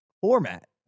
format